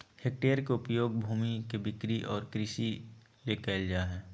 hectare के उपयोग भूमि के बिक्री और कृषि ले कइल जाय हइ